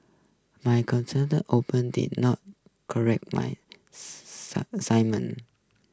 my content the open did not correct my simon